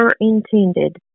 intended